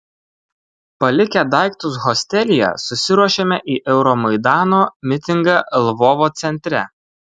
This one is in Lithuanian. palikę daiktus hostelyje susiruošėme į euromaidano mitingą lvovo centre